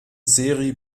seri